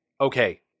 okay